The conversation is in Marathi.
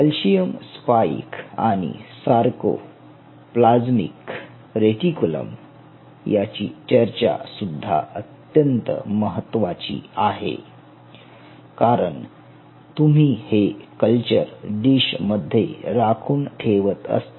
कॅल्शियम स्पाइक आणि सारकोप्लाज्मिक रेटिकुलम यांची चर्चा सुद्धा अत्यंत महत्त्वाची आहे कारण तुम्ही हे कल्चर डिश मध्ये राखून ठेवत असता